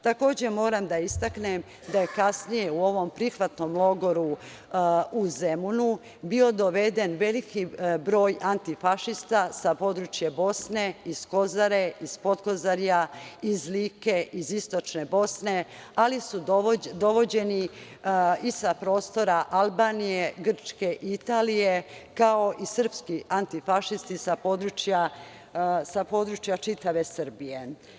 Takođe moram da istaknem da je kasnije u ovom prihvatnom logoru u Zemunu, bio doveden veliki broj antifašista sa područja Bosne, iz Kozare, iz Potkozarja, iz Like, iz istočne Bosne, ali su dovođeni i sa prostora Albanije, Grčke, Italije, kao i srpski antifašisti sa područja čitave Srbije.